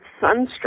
sunstroke